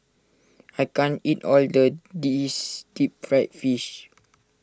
I can't eat all the this Deep Fried Fish